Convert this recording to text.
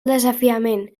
desafiament